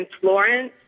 Florence